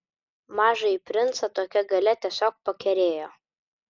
mažąjį princą tokia galia tiesiog pakerėjo